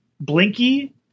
Blinky